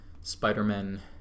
Spider-Man